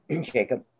Jacob